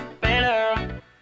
better